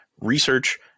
research